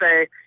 say